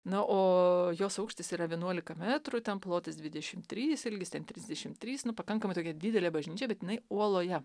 na o jos aukštis yra vienuolika metrų ten plotis dvidešim trys ilgis ten trisdešim trys nu pakankamai tokia didelė bažnyčia bet jinai uoloje